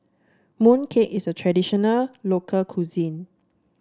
mooncake is a traditional local cuisine